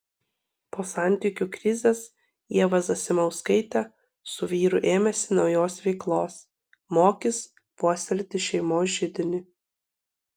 po santykių krizės ieva zasimauskaitė su vyru ėmėsi naujos veiklos mokys puoselėti šeimos židinį